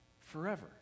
forever